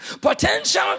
Potential